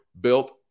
built